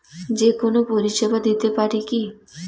যে কোনো পরিষেবা দিতে পারি কি?